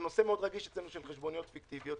זה נושא מאוד רגיש אצלנו של חשבוניות פיקטיביות.